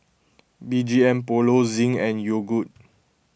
B G M Polo Zinc and Yogood